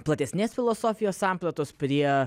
platesnės filosofijos sampratos prie